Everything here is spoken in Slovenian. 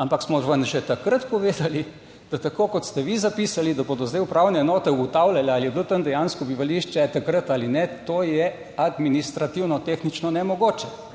ampak smo vam že takrat povedali, da tako kot ste vi zapisali, da bodo zdaj upravne enote ugotavljali ali je bilo tam dejansko bivališče takrat ali ne, to je administrativno tehnično nemogoče.